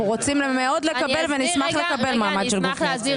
אנחנו רוצים מאוד לקבל ואני אשמח לקבל מעמד של גוף מייצג.